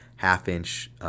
Half-inch